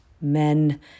men